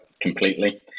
completely